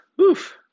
Oof